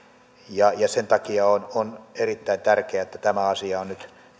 sen takia on on erittäin tärkeää että tämä asia on nyt